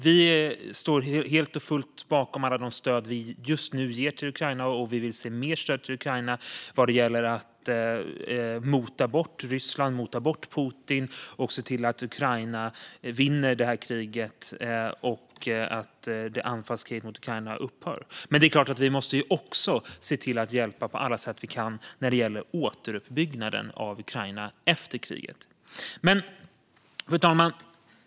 Vi står helt och fullt bakom alla de stöd vi just nu ger till Ukraina, och vi vill se mer stöd till Ukraina för att mota bort Ryssland och Putin och se till att Ukraina vinner kriget. Anfallskriget mot Ukraina måste upphöra. Men det är klart att vi också på alla sätt vi kan måste hjälpa till när det gäller återuppbyggnaden av Ukraina efter kriget. Fru talman!